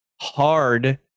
hard